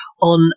on